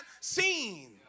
seen